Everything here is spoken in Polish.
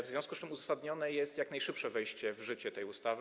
W związku z tym uzasadnione jest jak najszybsze wejście w życie tej ustawy.